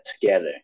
together